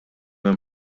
hemm